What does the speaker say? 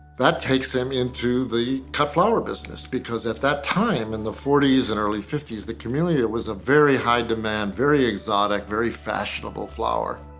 that takes him into the cut flower business because at that time in the forty s and early fifty s, the camellia was a very high demand, very exotic, very fashionable flower,